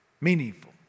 meaningful